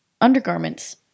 undergarments